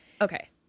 Okay